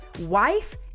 Wife